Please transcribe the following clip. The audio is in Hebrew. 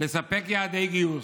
לספק יעדי גיוס.